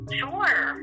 sure